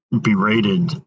Berated